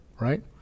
right